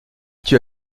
tue